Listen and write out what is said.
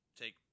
take